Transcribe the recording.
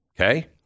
Okay